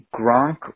Gronk